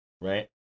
right